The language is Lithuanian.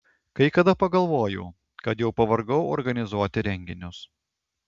kai kada pagalvoju kad jau pavargau organizuoti renginius